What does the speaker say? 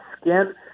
skin